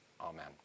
Amen